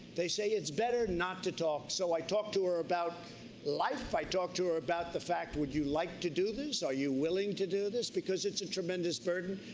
they say it's better not to talk. so i talked to her about life. i talked to her about the fact, would you like to do this, are you um to do this. because it's a tremendous burden.